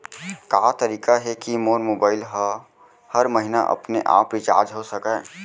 का तरीका हे कि मोर मोबाइल ह हर महीना अपने आप रिचार्ज हो सकय?